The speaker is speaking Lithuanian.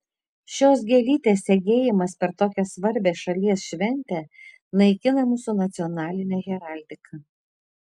šios gėlytės segėjimas per tokią svarbią šalies šventę naikina mūsų nacionalinę heraldiką